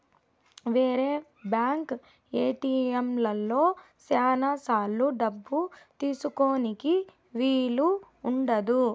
వేరే బ్యాంక్ ఏటిఎంలలో శ్యానా సార్లు డబ్బు తీసుకోనీకి వీలు ఉండదు